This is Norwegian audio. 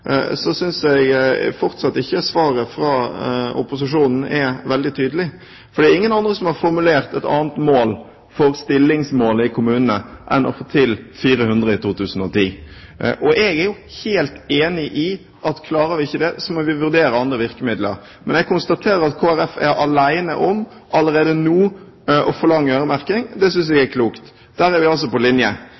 synes jeg fortsatt ikke svaret fra opposisjonen er veldig tydelig. Det er ingen andre som har formulert et annet mål for stillingsmålet i kommunene enn 400 i 2010. Jeg er helt enig i at klarer vi ikke det, må vi vurdere andre virkemidler. Jeg konstaterer at Kristelig Folkeparti allerede nå er alene om å forlange øremerking. Det synes jeg er klokt. Der er vi på linje.